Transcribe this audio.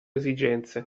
esigenze